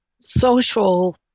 social